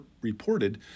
reported